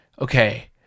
okay